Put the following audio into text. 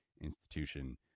institution